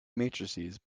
matrices